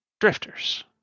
drifters